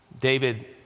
David